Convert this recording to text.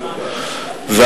הבריאות.